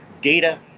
data